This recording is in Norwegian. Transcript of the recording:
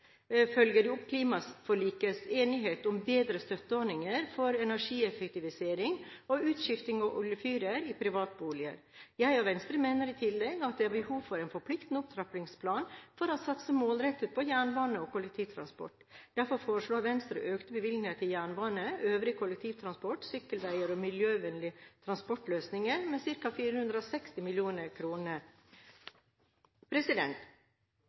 klimaforlikets enighet om bedre støtteordninger for energieffektivisering og utskifting av oljefyrer i privatboliger. Jeg og Venstre mener i tillegg at det er behov for en forpliktende opptrappingsplan for å satse målrettet på jernbane og kollektivtransport. Derfor foreslår Venstre økte bevilgninger til jernbane, øvrig kollektivtransport, sykkelveier og miljøvennlige transportløsninger med ca. 460